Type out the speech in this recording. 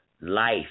life